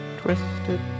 twisted